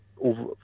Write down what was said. over